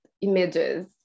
images